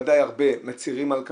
ודאי הרבה מצהירים על כך,